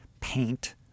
paint